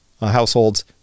households